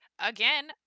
again